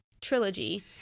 trilogy